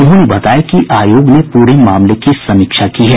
उन्होंने बताया कि आयोग ने पूरे मामले की समीक्षा की है